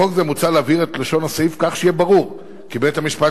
בחוק זה מוצע להבהיר את לשון הסעיף כך שיהיה ברור כי בית-המשפט